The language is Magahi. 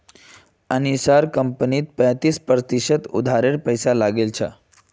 अनीशार कंपनीत पैंतीस फीसद उधारेर पैसा लागिल छ